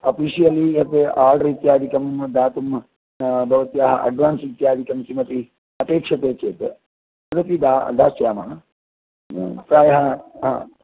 officially तत् order इत्यादिकं दातुं भवत्याः अड्वान्स् इत्यादिकं किमपि अपेक्षते चेत् तदपि दा दास्यामः प्रायः हा